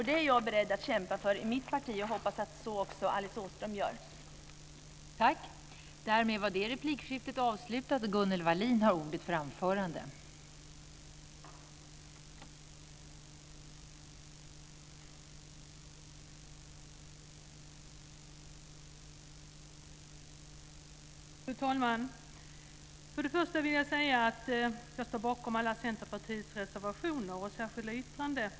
Det är jag beredd att kämpa för i mitt parti, och jag hoppas att även Alice Åström gör så i sitt.